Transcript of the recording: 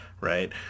Right